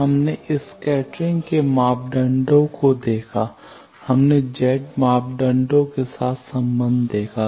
हमने स्कैटरिंग के मापदंडों को देखा है हमने जेड मापदंडों के साथ संबंध देखा है